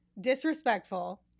disrespectful